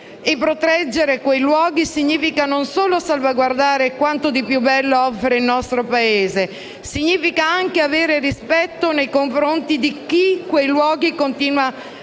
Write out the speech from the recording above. e proteggere quei luoghi significa non solo salvaguardare quanto di più bello offre il nostro Paese, ma anche avere rispetto nei confronti di chi continua ad abitarli